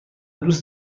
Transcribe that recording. دوست